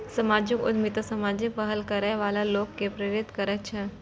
सामाजिक उद्यमिता सामाजिक पहल करै बला लोक कें प्रेरित करै छै